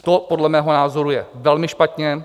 To podle mého názoru je velmi špatně.